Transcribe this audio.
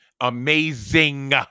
amazing